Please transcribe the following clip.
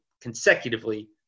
consecutively